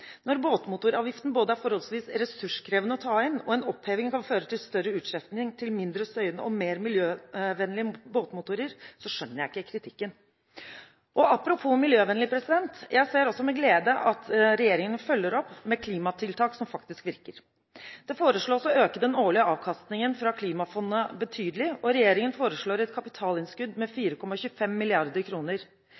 Når båtmotoravgiften er forholdsvis ressurskrevende å ta inn, og en oppheving kan føre til større utskiftning til mindre støyende og mer miljøvennlige båtmotorer, skjønner jeg ikke kritikken. Apropos miljøvennlig: Jeg ser også med glede at regjeringen følger opp med klimatiltak som faktisk virker. Det foreslås å øke den årlige avkastningen fra klimafondet betydelig, og regjeringen foreslår et kapitalinnskudd med